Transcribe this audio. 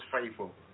faithful